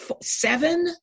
seven